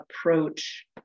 approach